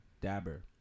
dabber